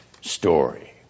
story